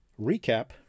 recap